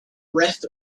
breath